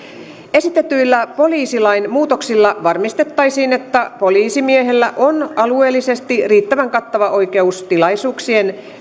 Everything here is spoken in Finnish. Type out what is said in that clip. esitetyillä poliisilain muutoksilla varmistettaisiin että poliisimiehellä on alueellisesti riittävän kattava oikeus tilaisuuksien